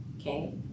Okay